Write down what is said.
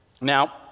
Now